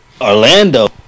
Orlando